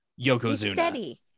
Yokozuna